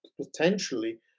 potentially